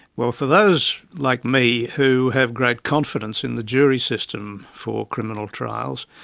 well, for those like me who have great confidence in the jury system for criminal trials,